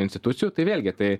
institucijų tai vėlgi tai